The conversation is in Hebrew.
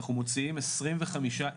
אנחנו מוציאים 25,000